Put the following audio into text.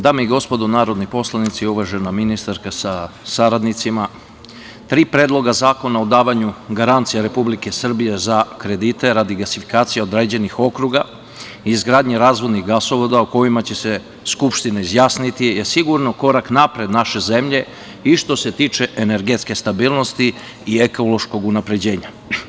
Dame i gospodo narodni poslanici, uvažena ministarka sa saradnicima, tri predloga zakona o davanju garancije Republike Srbije za kredite radi gasifikacije određenih okruga, izgradnja razvodnih gasovoda o kojima će se Skupština izjasniti je sigurno korak napred naše zemlje i što se tiče energetske stabilnosti i ekološkog unapređenja.